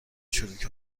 چروک